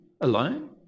alone